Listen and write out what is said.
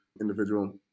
individual